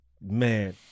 Man